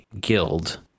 guild